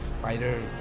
Spider